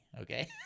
okay